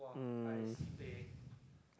um